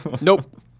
Nope